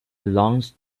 belongs